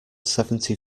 seventy